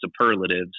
superlatives